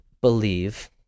believe